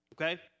okay